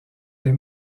des